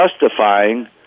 justifying